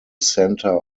center